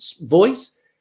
voice